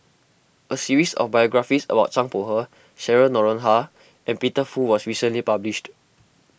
a series of biographies about Zhang Bohe Cheryl Noronha and Peter Fu was recently published